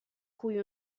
cui